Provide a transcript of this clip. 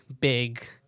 big